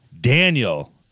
Daniel